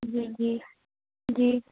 جی جی جی